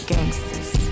Gangsters